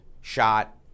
shot